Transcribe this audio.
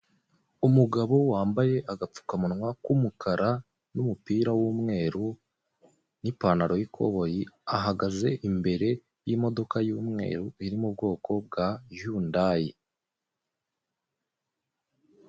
Umugabo wambaye agapfukamunwa k'umukara, n'umupira w'umweru, n'ipantaro y'ikoboyi, ahagaze imbere y'imodoka y'umweru, iri mu bwoko bwa yundayi.